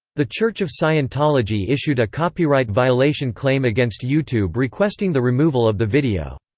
the church of scientology issued a copyright violation claim against youtube requesting the removal of the video.